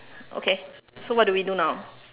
okay so what do we do now